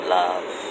love